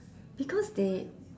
because they